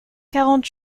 quarante